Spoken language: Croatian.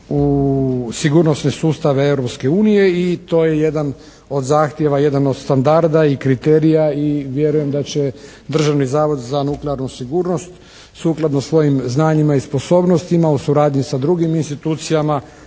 u sigurnosne sustave Europske unije i to je jedan od zahtjeva, jedan od standarda i kriterija i vjerujem da će Državni zavod za nuklearnu sigurnost sukladno svojim znanjima i sposobnostima u suradnji sa drugim institucijama